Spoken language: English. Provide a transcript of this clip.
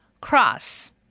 Cross